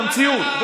את המציאות,